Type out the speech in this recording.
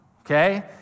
okay